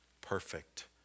perfect